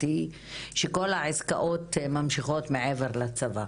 היא שכל העסקאות ממשיכות מעבר לצבא,